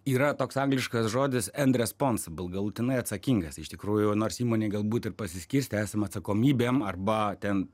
yra toks angliškas žodis end responsible bet galutinai atsakingas iš tikrųjų nors įmonej galbūt ir pasiskirstę esama atsakomybėm arba ten